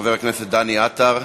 חבר הכנסת דני עטר,